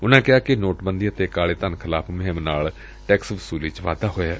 ਉਨ੍ਹਾ ਕਿਹਾ ਕਿ ਨੋਟਬੰਦੀ ਅਤੇ ਕਾਲੇ ਧਨ ਖਿਲਾਫ਼ ਮੁਹਿੰਮ ਨਾਲੱ ਟੈਕਸ ਵਸੁਲੀ ਚ ਵਾਧਾ ਹੋਇਐ